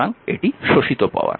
সুতরাং এটি শোষিত পাওয়ার